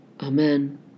Amen